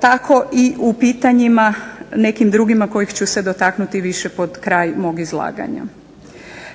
tako i u pitanjima nekim drugima kojih ću se dotaknuti više pod kraj mog izlaganja.